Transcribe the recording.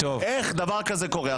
איך דבר כזה קורה?